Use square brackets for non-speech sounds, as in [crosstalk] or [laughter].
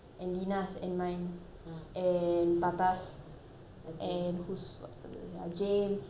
and papa's and who's [noise] james lot of things